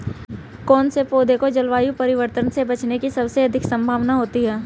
कौन से पौधे को जलवायु परिवर्तन से बचने की सबसे अधिक संभावना होती है?